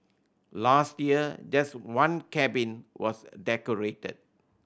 last year just one cabin was decorated